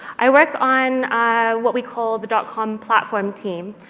i work on what we call the dotcom platform team.